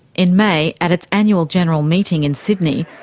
in may, at its annual general meeting in sydney,